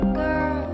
girl